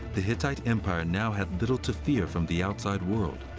the hittite empire now had little to fear from the outside world.